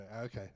Okay